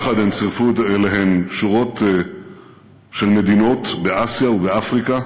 ויחד הן צירפו אליהן שורה של מדינות באסיה ובאפריקה